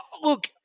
Look